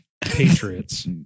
patriots